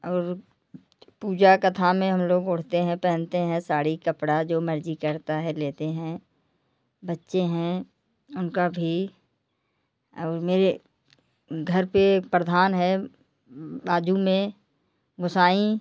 और पूजा कथा में हम लोग ओढ़तें हैं पहनते हैं साड़ी कपड़ा जो मर्जी करता है लेते हैं बच्चे हैं उनका भी और मेरे घर पर प्रधान है बाजू में गोसाँई